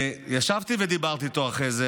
ישבתי ודיברתי איתו אחרי זה,